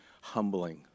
humbling